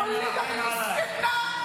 טלי, אני מרחם עליך.